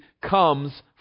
comes